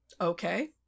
Okay